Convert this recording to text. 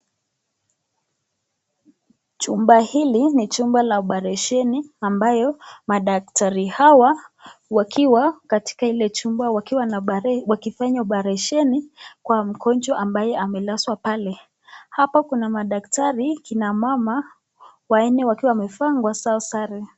Chumba hili ni chumba la oparesheni ambayo madaktari hawa wakiwa katika ile jumba wakiwa wakifanya oparesheni kwa mgonjwa ambaye amelazwa pale, hapa kuna madaktari kina mama wanne wakiwa wamevaa nguo zao sare.